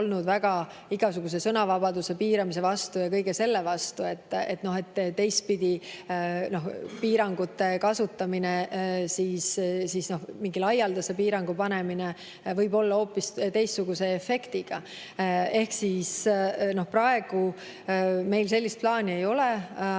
väga igasuguse sõnavabaduse piiramise vastu ja kõige selle vastu. Teistpidi, piirangute kasutamine, mingi laialdase piirangu panemine võib olla hoopis teistsuguse efektiga. Ehk siis praegu meil sellist plaani ei ole. Ma